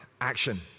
action